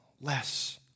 less